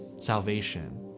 salvation